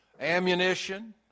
ammunition